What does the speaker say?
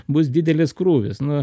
bus didelis krūvis nu